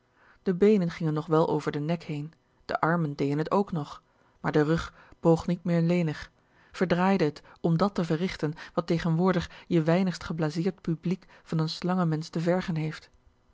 de beenen gingen nog wel over den nek heen de armen deeën t k nog maar de rug boog niet meer lenig verdraaide t om dat te verrichten wat tegenwoordig je weinigst geblaseerd publiek van een slangenmensch te vergen heeft